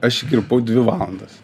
aš jį kirpau dvi valandas